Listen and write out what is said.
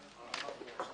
הישיבה ננעלה בשעה